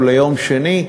או ליום שני,